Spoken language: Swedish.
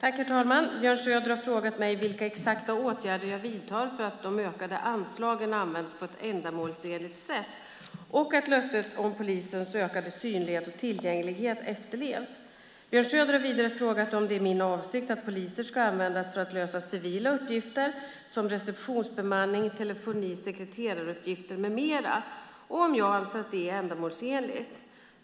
Herr talman! Björn Söder har frågat mig vilka exakta åtgärder jag vidtar för att de ökade anslagen används på ett ändamålsenligt sätt och att löftet om polisens ökade synlighet och tillgänglighet efterlevs. Björn Söder har vidare frågat om det är min avsikt att poliser ska användas för att lösa civila uppgifter som receptionsbemanning, telefoni, sekreteraruppgifter med mera och om jag anser att detta är ändamålsenligt.